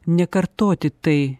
nekartoti tai